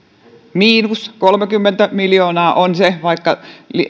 miinus kolmekymmentä miljoonaa on se vaikka